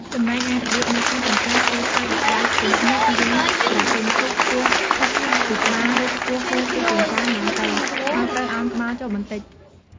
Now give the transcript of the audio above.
ចំណែកឯរបៀបនៃការសំពះគឺ ត្រូវដាក់ដៃផ្គុំគ្នាជារាងក្រពុំឈូកខ្ពស់ផុតពីក្បាល ឬខ្ពស់ហួសពីចិញ្ចើមឡើងទៅ ហើយត្រូវឱនក្បាលចុះបន្តិច។